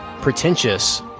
pretentious